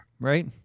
right